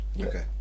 Okay